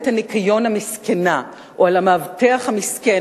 הניקיון המסכנה או על המאבטח המסכן,